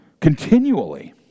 continually